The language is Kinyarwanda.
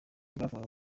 yavugaga